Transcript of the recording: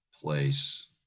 place